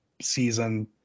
season